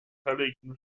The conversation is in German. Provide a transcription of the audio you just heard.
beteiligten